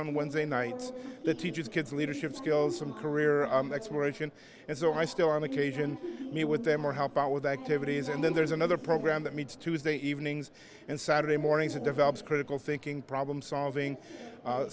on wednesday nights that teaches kids leadership skills from career and so i still on occasion meet with them or help out with activities and then there's another program that meets tuesday evenings and saturday mornings that develops critical thinking problem solving